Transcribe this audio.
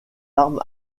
armes